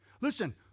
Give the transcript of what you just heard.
Listen